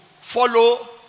follow